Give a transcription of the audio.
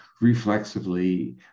reflexively